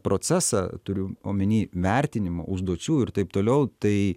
procesą turiu omeny vertinimo užduočių ir taip toliautai